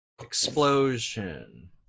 explosion